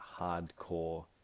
hardcore